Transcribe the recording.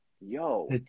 yo